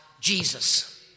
Jesus